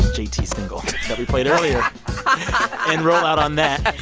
j t. single that we played earlier and roll out on that